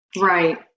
Right